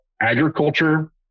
agriculture